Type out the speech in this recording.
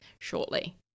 shortly